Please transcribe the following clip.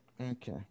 Okay